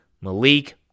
Malik